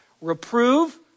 Reprove